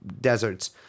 deserts